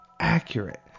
accurate